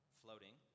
floating